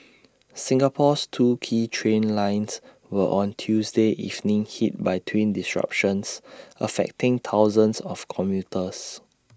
Singapore's two key train lines were on Tuesday evening hit by twin disruptions affecting thousands of commuters